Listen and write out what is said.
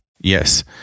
Yes